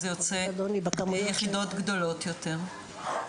אז זה יוצא יחידות גדולות יותר.